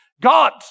God